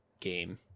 game